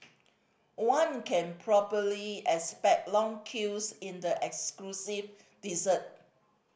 one can probably expect long queues in the exclusive dessert